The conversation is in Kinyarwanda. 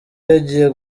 yagiye